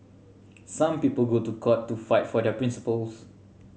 some people go to court to fight for their principles